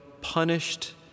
punished